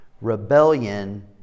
rebellion